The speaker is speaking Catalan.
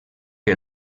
que